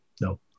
no